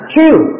True